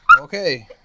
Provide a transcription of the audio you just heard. Okay